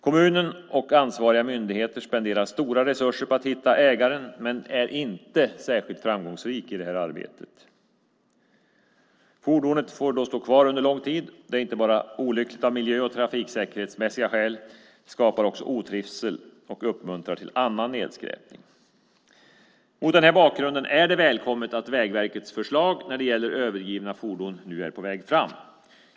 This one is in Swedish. Kommuner och ansvariga myndigheter spenderar stora resurser på att hitta ägaren, men man är inte särskilt framgångsrik i det här arbetet. Fordonet får då stå kvar under en lång tid. Detta är inte bara olyckligt av miljö och trafiksäkerhetsmässiga skäl; det skapar också otrivsel och uppmuntrar till annan nedskräpning. Mot den här bakgrunden är det välkommet att Vägverkets förslag när det gäller övergivna fordon nu är på väg fram.